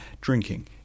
Drinking